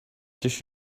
just